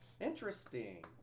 Interesting